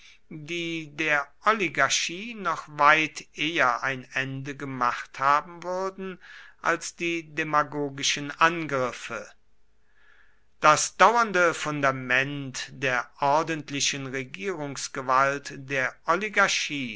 die der oligarchie noch weit eher ein ende gemacht haben würden als die demagogischen angriffe das dauernde fundament der ordentlichen regierungsgewalt der oligarchie